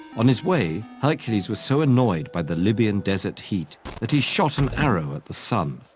on his way, hercules was so annoyed by the libyan desert heat that he shot an arrow at the sun.